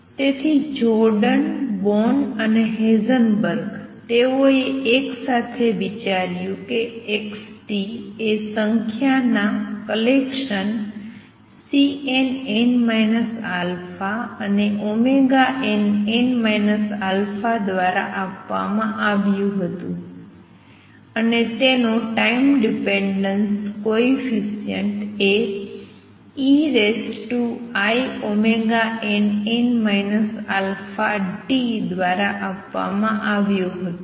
તેથી Jordan Born અને Heisenberg તેઓએ એક સાથે વિચાર્યું કે xt એ સંખ્યાના કલેકસન Cnn α and nn α દ્વારા આપવામાં આવ્યું હતું અને તેનો ટાઈમ ડિપેનડન્સ કોએફિસિએંટ એ einn αt દ્વારા આપવામાં આવ્યો હતો